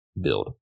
build